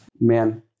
man